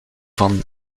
van